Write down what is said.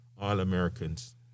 all-americans